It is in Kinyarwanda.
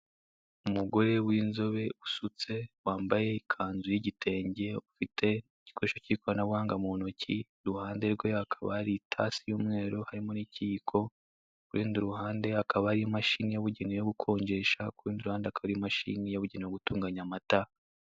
Umugore w'inzobe usutse wambaye ikanzu y'igitenge, ufite igikoresho cy'ikoranabuhanga mu ntoki. Iruhande rwe hakaba hari itasi y'umweru, harimo n'ikiyiko. Ku rundi ruhande hakaba hari imashini yabugenewe yo gukonjesha, ku ruhande ruhande hakaba hari imashini yabugenewe yo gutunganya amata.